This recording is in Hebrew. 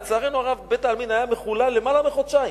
לצערנו הרב בית-העלמין היה מחולל יותר מחודשיים.